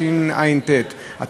חוק כלי הירייה,